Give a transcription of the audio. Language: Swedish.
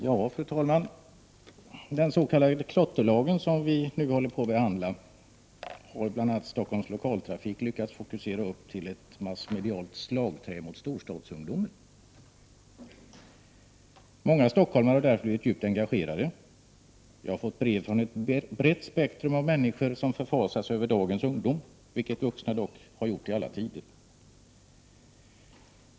Fru talman! Den s.k. klotterlagen, som vi nu håller på att behandla, har bl.a. Stockholms Lokaltrafik lyckats fokusera till ett massmedialt slagträ mot storstadsungdomen. Många stockholmare har därför blivit djupt engagerade. Jag har fått brev från ett brett spektrum av människor som förfasar sig över dagens ungdom, vilket vuxna dock har gjort i alla tider.